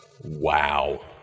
Wow